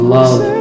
love